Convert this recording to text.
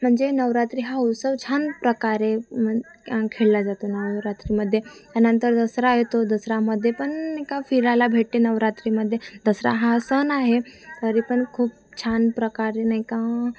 म्हणजे नवरात्री हा उत्सव छान प्रकारे म खेळल्या जातो नवरात्रीमध्ये त्यानंतर दसरा येतो दसऱ्यामध्ये पण एका फिरायला भेटते नवरात्रीमध्ये दसरा हा सण आहे तरी पण खूप छान प्रकारे नाही का